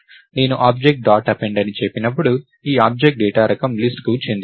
నేను object dot append అని చెప్పినప్పుడు ఈ ఆబ్జెక్ట్ డేటా రకం లిస్ట్ కు చెందినది